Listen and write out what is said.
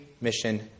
mission